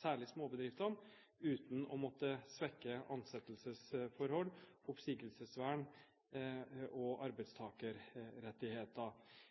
særlig småbedriftene, uten å måtte svekke ansettelsesforhold, oppsigelsesvern og arbeidstakerrettigheter.